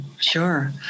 sure